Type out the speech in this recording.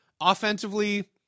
Offensively